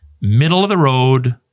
middle-of-the-road